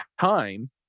time